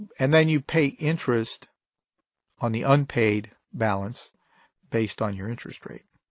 and then you pay interest on the unpaid balance based on your interest rate.